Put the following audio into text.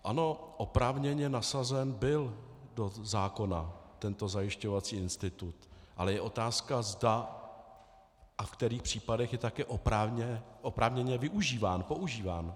Ano, oprávněně nasazen byl do zákona tento zajišťovací institut, ale je otázka, zda a ve kterých případech je také oprávněně využíván, používán.